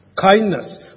kindness